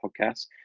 Podcasts